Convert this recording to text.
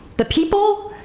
the people?